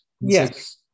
Yes